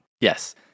yes